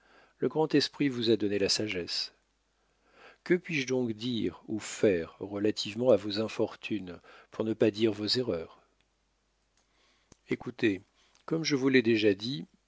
le grand esprit vous a donné la sagesse que puis-je donc dire ou faire relativement à vos infortunes pour ne pas dire vos erreurs écoutez comme je vous l'ai déjà dit